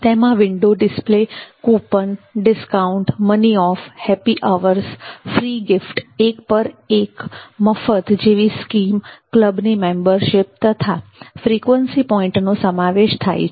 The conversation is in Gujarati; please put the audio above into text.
તેમાં window display coupon discount money off happy hours free gift એક પર એક મફત જેવી સ્કીમ કલબની મેમ્બરશિપ તથા ફ્રિકવન્સી પોઇન્ટ નો સમાવેશ થાય છે